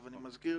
אני מזכיר